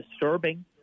disturbing